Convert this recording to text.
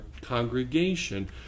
congregation